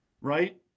right